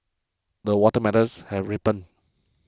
the watermelons have ripened